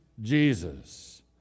Jesus